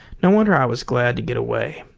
no wonder i was glad to get away.